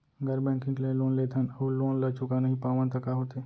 गैर बैंकिंग ले लोन लेथन अऊ लोन ल चुका नहीं पावन त का होथे?